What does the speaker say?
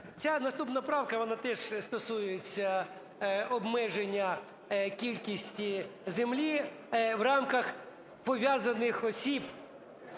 Ця наступна правка, вона теж стосується обмеження кількості землі в рамках пов'язаних осіб